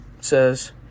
says